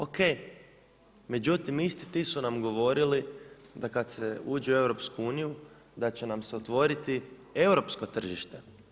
Ok, međutim isti ti su nam govorili da kad se uđe u EU, da će nam se otvoriti europsko tržište.